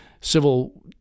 civil